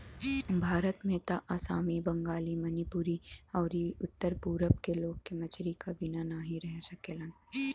भारत में त आसामी, बंगाली, मणिपुरी अउरी उत्तर पूरब के लोग के मछरी क बिना नाही रह सकेलन